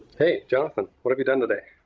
hey, jonathan. what have you done today?